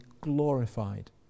glorified